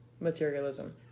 materialism